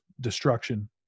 destruction